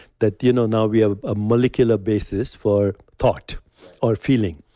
that you know now we have a molecular basis for thought or feeling.